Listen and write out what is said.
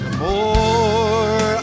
more